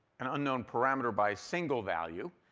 an unknown parameter by a single value,